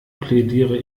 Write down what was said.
plädiere